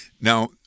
Now